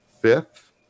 fifth